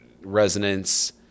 resonance